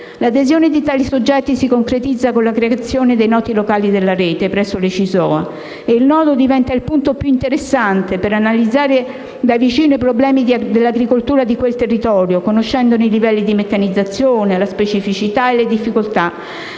L'adesione di tali soggetti si concretizza con la creazione dei nodi locali della Rete presso le CISOA e il nodo diventa il punto più interessante per analizzare da vicino i problemi dell'agricoltura del territorio conoscendone livelli di meccanizzazione, specificità e difficoltà,